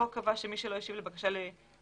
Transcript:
החוק קבע שמי שלא השיב לבקשה לרישיון,